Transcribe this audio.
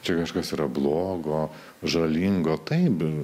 čia kažkas yra blogo žalingo taip